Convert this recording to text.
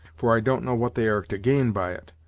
for i don't know what they are to gain by it,